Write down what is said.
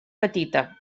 petita